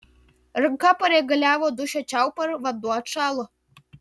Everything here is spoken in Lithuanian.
ranka pareguliavo dušo čiaupą ir vanduo atšalo